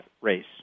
race